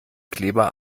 kleber